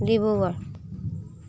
Dibrugarh